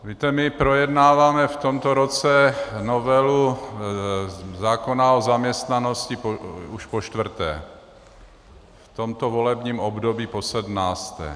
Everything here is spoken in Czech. Víte, my projednáváme v tomto roce novelu zákona o zaměstnanosti už počtvrté, v tomto volebním období posedmnácté.